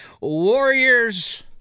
Warriors